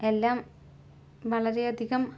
എല്ലാം വളരെയധികം